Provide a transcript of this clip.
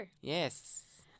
Yes